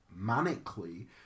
manically